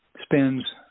spends